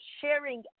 sharing